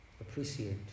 appreciate